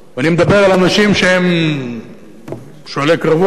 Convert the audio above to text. אני מדבר על אנשים שהם שועלי קרבות חזקים,